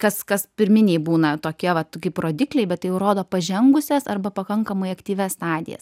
kas kas pirminiai būna tokie vat kaip rodikliai bet tai jau rodo pažengusias arba pakankamai aktyvias stadijas